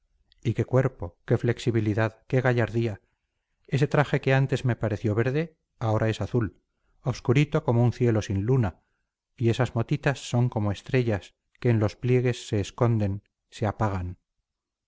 y qué cuerpo qué flexibilidad qué gallardía ese traje que antes me pareció verde ahora es azul obscurito como un cielo sin luna y esas motitas son como estrellas que en los pliegues se esconden se apagan